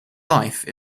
life